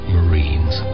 Marines